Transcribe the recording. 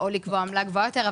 או לקבוע עמלה גבוהה יותר.